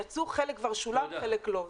חלק כבר שולם וחלק לא.